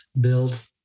build